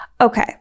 Okay